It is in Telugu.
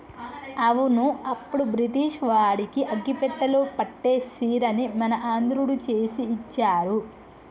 అవును అప్పుడు బ్రిటిష్ వాడికి అగ్గిపెట్టెలో పట్టే సీరని మన ఆంధ్రుడు చేసి ఇచ్చారు